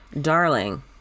Darling